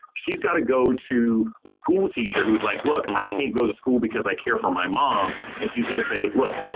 she's got to go to the school teacher who's like, look, i can't go to school because i care for my mom. and she's going to say, look,